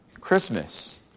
Christmas